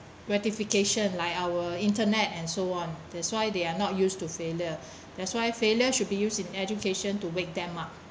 ratification like our internet and so on that's why they are not used to failure that's why failure should be used in education to wake them up